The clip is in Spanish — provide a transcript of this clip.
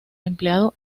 empleado